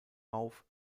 auf